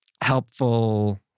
helpful